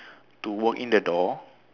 to walk in the door